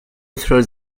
throws